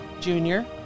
Junior